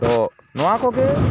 ᱛᱚ ᱱᱚᱣᱟ ᱠᱚᱜᱮ